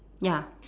ya